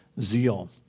zeal